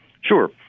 Sure